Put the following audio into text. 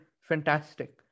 fantastic